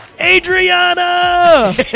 Adriana